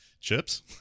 Chips